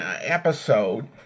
episode